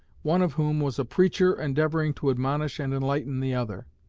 one of whom was a preacher endeavoring to admonish and enlighten the other.